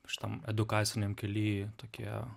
šitam edukaciniam kely tokie